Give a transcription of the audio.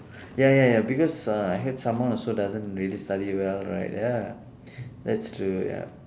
ya ya ya because uh I heard someone who also doesn't really study well right ya that's true ya